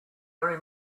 very